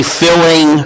filling